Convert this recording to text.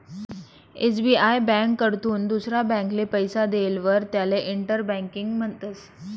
SBI ब्यांककडथून दुसरा ब्यांकले पैसा देयेलवर त्याले इंटर बँकिंग म्हणतस